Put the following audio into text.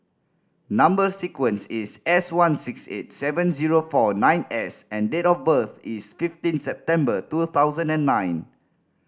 number sequence is S one six eight seven zero four nine S and date of birth is fifteen September two thousand and nine